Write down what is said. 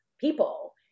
people